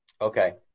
Okay